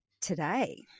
today